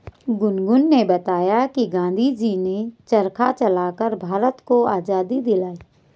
गुनगुन ने बताया कि गांधी जी ने चरखा चलाकर भारत को आजादी दिलाई